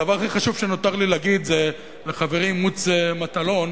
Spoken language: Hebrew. והדבר הכי חשוב שנותר לי להגיד זה לחברי מוץ מטלון,